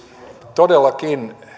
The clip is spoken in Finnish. todellakin